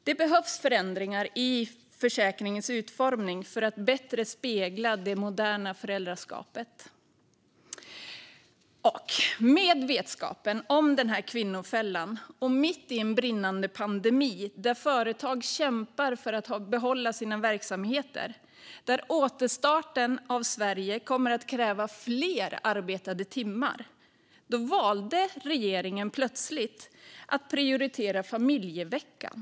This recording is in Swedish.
Det behövs förändringar i försäkringens utformning för att bättre spegla det moderna föräldraskapet. Med vetskapen om denna kvinnofälla och mitt i en brinnande pandemi där företag kämpar för att behålla sina verksamheter och där återstarten av Sverige kommer att kräva fler arbetade timmar valde regeringen plötsligt att prioritera familjeveckan.